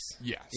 Yes